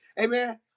amen